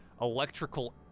electrical